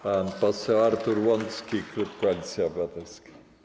Pan poseł Artur Łącki, klub Koalicja Obywatelska.